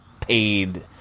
paid